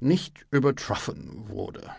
nicht übertroffen wurde